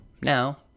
Now